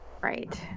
Right